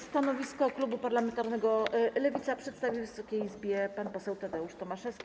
Stanowisko klubu parlamentarnego Lewica przedstawi Wysokiej Izbie pan poseł Tadeusz Tomaszewski.